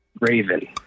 Raven